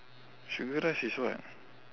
sugar rush is what